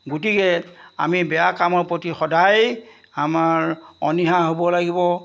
গতিকে আমি বেয়া কামৰ প্ৰতি সদায় আমাৰ অনীহা হ'ব লাগিব